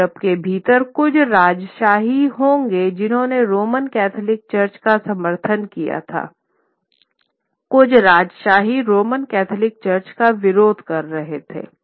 तो यूरोप के भीतर कुछ राजशाही होगे जिन्होंने रोमन कैथोलिक चर्च का समर्थन किया था कुछ राजशाही रोमन कैथोलिक चर्च का विरोध करें थे